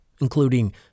including